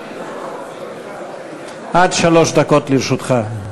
עד שלוש דקות לרשותך.